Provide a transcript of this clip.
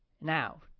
now